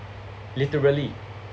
literally